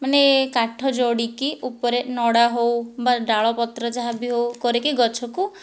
ମାନେ କାଠ ଯୋଡ଼ିକି ଉପରେ ନଡ଼ା ହେଉ ବା ଡାଳ ପତ୍ର ଯାହାବି ହେଉ କରିକି ଗଛକୁ